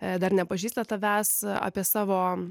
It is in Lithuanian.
dar nepažįsta tavęs apie savo